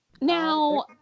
now